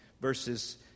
verses